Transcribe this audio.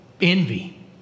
envy